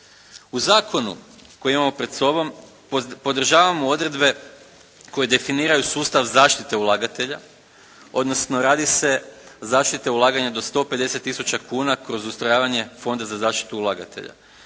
U zakonu koji imamo pred sobom podržavamo odredbe koje definiraju sustav zaštite ulagatelja, odnosno radi se zaštite ulaganja do 150 tisuća kuna kroz ustrojavanje Fonda za zaštitu ulagatelja.